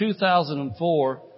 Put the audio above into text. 2004